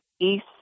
east